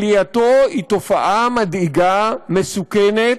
עלייתו היא תופעה מדאיגה, מסוכנת,